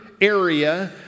area